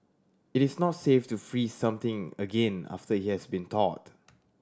it is not safe to freeze something again after it has been thawed